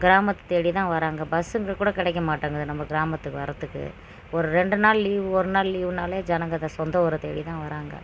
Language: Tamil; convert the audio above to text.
கிராமத்தை தேடி தான் வராங்க பஸ்ஸுங்க கூட கிடைக்கமாட்டேங்குது நம்ம கிராமத்துக்கு வரத்துக்கு ஒரு ரெண்டு நாள் லீவு ஒருநாள் லீவுனாலே ஜனங்க அந்த சொந்த ஊரை தேடி தான் வராங்கள்